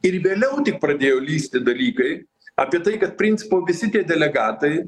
ir vėliau tik pradėjo lįsti dalykai apie tai kad principe visi tie delegatai